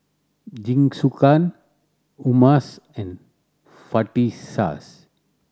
Jingisukan Hummus and